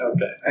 Okay